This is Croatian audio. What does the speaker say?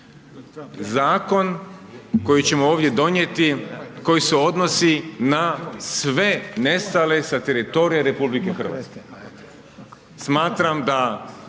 Zakon koji ćemo ovdje donijeti, koji se odnosi na sve nestale sa teritorija RH. Smatram da